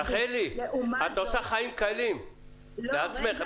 רחלי, את עושה חיים קלים לעצמך.